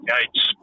Gates